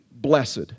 blessed